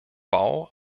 bau